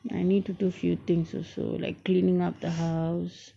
I need to do a few things also like cleaning up the house